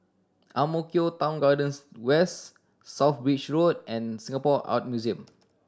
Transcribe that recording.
Ang Mo Kio Town Garden West South Bridge Road and Singapore Art Museum